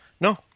No